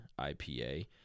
IPA